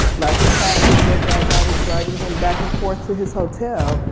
lots of times it was as i was driving him back and forth to his hotel,